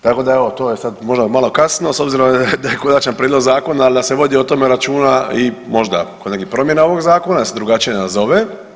Tako da evo to je sada možda malo kasno s obzirom da je konačan prijedlog zakona ali da se vodi o tome računa i možda kod nekih promjena ovog zakona da se drugačije nazove.